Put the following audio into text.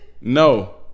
No